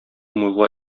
мулла